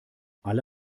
alle